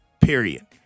Period